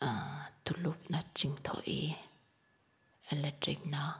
ꯇꯨꯂꯨꯅ ꯆꯤꯡꯊꯣꯛꯏ ꯑꯦꯂꯦꯛꯇ꯭ꯔꯤꯛꯅ